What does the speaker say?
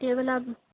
ఇటీవల